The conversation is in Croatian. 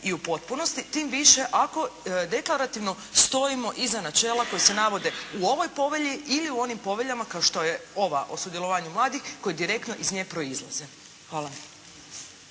i u potpunosti tim više ako deklarativno stojimo iza načela koji se navode u ovoj povelji ili u onim poveljama kao što je ova o sudjelovanju mladih koji direktno iz nje proizlaze. Hvala.